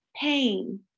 pain